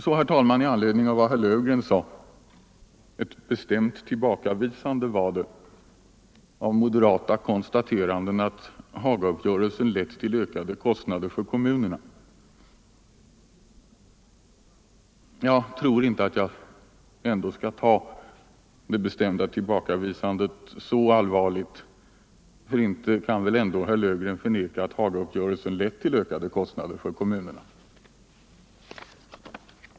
Så till vad herr Löfgren sade, herr talman, — ett tillbakavisande av konstateranden från moderaternas håll att Hagauppgörelsen lett till ökade kostnader för kommunerna. Jag tror inte att vi skall ta det tillbakavisandet så allvarligt, för inte kan väl herr Löfgren förneka att Hagauppgörelsen leder till ökade kostnader för kommunerna.